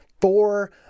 four